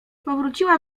powróciła